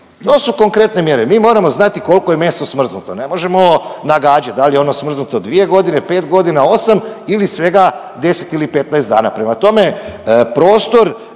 To su konkretne mjere, mi moramo znati koliko je meso smrznuto, ne možemo nagađati, da li je ono smrznuto 2 godine, 5 godina, 8 ili svega 10 ili 15 dana. Prema tome, prostor